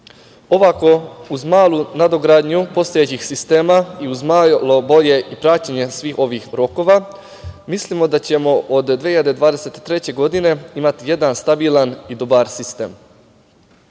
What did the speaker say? Ovako, uz malu nadogradnju postojećih sistema i uz malo bolje praćenje svih ovih rokova mislimo da ćemo od 2023. godine imati jedan stabilan i dobar sistem. Ono